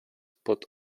put